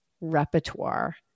repertoire